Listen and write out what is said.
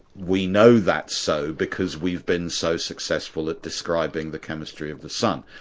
we know that's so because we've been so successful at describing the chemistry of the sun.